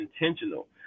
intentional